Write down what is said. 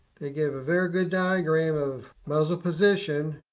they give a very good diagram of muzzle position.